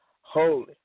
holy